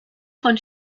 von